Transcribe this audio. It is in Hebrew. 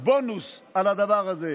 בונוס על הדבר הזה.